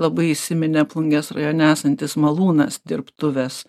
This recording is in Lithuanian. labai įsiminė plungės rajone esantis malūnas dirbtuvės